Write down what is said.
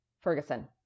Ferguson